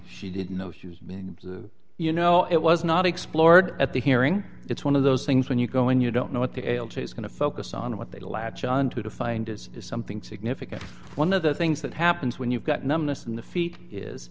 she didn't know she was being you know it was not explored at the hearing it's one of those things when you go in you don't know what the l t s going to focus on what they latch onto to find is something significant one of the things that happens when you've got numbness in the feet is